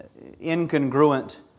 incongruent